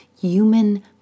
human